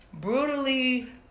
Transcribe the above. brutally